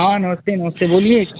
हाँ नमस्ते नमस्ते बोलिए